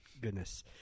goodness